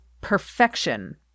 perfection